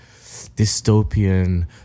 dystopian